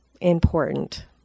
important